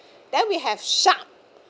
then we have sharp